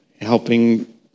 helping